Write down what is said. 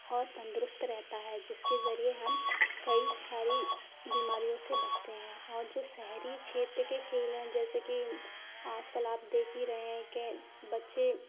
और तंदुरुस्त रहता है जिसके जरिए हम कई सारी बीमारियों से बचते हैं और जो शहरी क्षेत्र के खेल हैं जैसे कि आजकल आप देख ही रहे हैं कि बच्चे